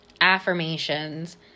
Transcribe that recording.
affirmations